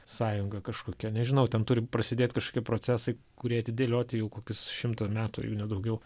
sąjunga kažkokia nežinau ten turi prasidėt kažkokie procesai kurie atidėlioti jau kokius šimtą metų jei nedaugiau